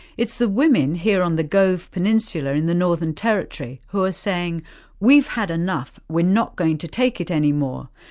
it's the women here on the gove peninsular in the northern territory who are saying we've had enough, we're not going to take it any more.